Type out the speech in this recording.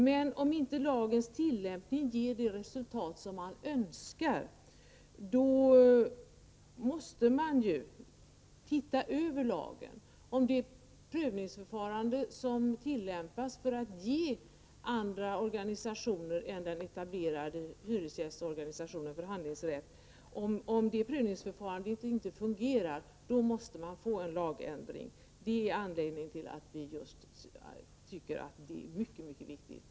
Men om inte lagens tillämpning leder till de resultat som man önskar, då måste man se över lagen. Om det prövningsförfarande, som tillämpas för att ge förhandlingsrätt åt andra organisationer än den etablerade hyresgästorganisationen, inte fungerar, så är det nödvändigt att få en lagändring. Det tycker vi är mycket, mycket viktigt.